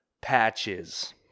patches